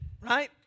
right